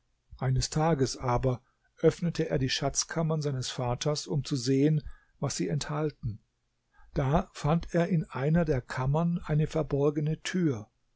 eines tages aber öffnete er die schatzkammern seines vaters um zu sehen was sie enthalten da fand er in einer der kammern eine verborgene tür